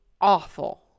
awful